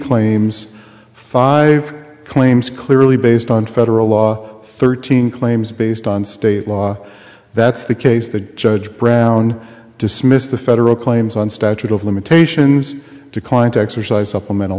claims five claims clearly based on federal law thirteen claims based on state law that's the case the judge brown dismissed the federal claims on statute of limitations declined to exercise supplemental